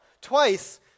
Twice